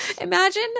Imagine